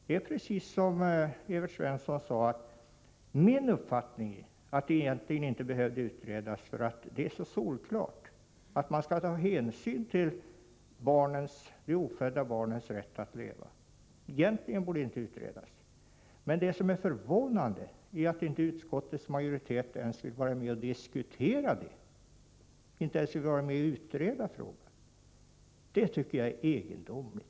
Det är precis som Evert Svensson sade, att jag för min del har den uppfattningen, att frågan egentligen inte behöver utredas, för det är så solklart att man skall ta hänsyn till de ofödda barnens rätt att få leva. Egentligen borde saken alltså inte utredas. Men det som är förvånande är att utskottets majoritet inte vill vara med och diskutera detta, att man som sagt inte ens vill vara med och utreda frågan. Att man inte vill vara med om att göra det tycker jag är egendomligt.